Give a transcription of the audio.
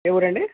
ఏ ఊరండి